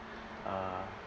uh